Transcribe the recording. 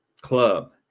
club